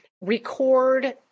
record